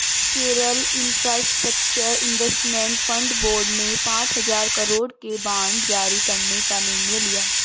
Kerala infrastructure investment fund board ने पांच हजार करोड़ के बांड जारी करने का निर्णय लिया